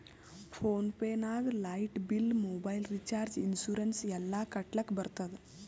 phone pay ನಾಗ್ light bill, mobile recharge, insurance ಎಲ್ಲಾ ಕಟ್ಟಲಕ್ ಬರ್ತುದ್